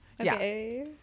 Okay